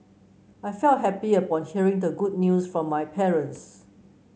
I felt happy upon hearing the good news from my parents